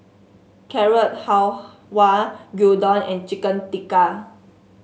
Carrot Halwa Gyudon and Chicken Tikka